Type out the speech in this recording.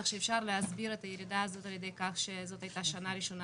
שאפשר להסביר את הירידה הזאת על ידי כך שזאת הייתה השנה הראשונה